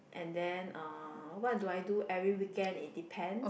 and then uh what do I do every weekend it depends